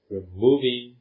Removing